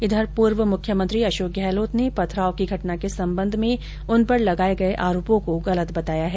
इधर पूर्व मुख्यमंत्री अशोक गहलोत ने पथराव की घटना के संबंध में उन पर लगाये गये आरोपों को गलत बताया है